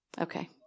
Okay